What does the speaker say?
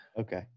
Okay